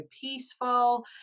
peaceful